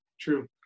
True